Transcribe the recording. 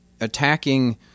attacking